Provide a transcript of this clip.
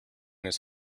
his